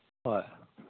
ꯍꯣꯏ